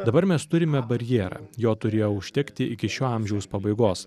dabar mes turime barjerą jo turėjo užtekti iki šio amžiaus pabaigos